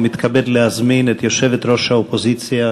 ומתכבד להזמין את יושבת-ראש האופוזיציה,